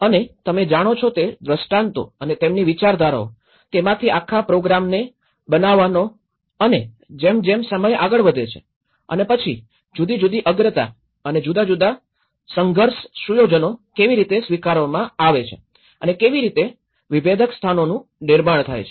અને તમે જાણો છો તે દ્રષ્ટાંતો અને તેમની વિચારધારાઓ તેમાંથી આખા પ્રોગ્રામને બનાવવાનો અને જેમ જેમ સમય આગળ વધે છે અને પછી જુદી જુદી અગ્રતા અને જુદા જુદા સંઘર્ષ સુયોજનો કેવી રીતે સ્વીકારવામાં આવે છે અને કેવી રીતે વિભેદક સ્થાનોનું નિર્માણ થાય છે